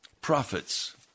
prophets